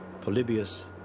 Polybius